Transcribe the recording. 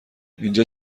اینجا